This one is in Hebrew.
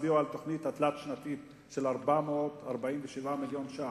הצביעו על התוכנית התלת-שנתית של 447 מיליון שקלים.